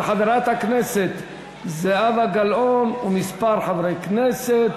של חברת הכנסת זהבה גלאון וקבוצת חברי הכנסת,